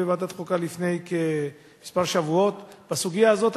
בוועדת חוקה לפני כמה שבועות בסוגיה הזאת,